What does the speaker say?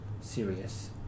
serious